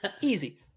easy